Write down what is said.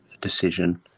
decision